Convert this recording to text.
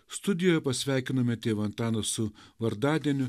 studijoje pasveikinome tėvą antaną su vardadieniu